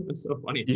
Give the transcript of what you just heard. but so funny.